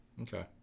Okay